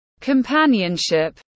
companionship